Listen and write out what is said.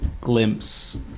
glimpse